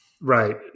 Right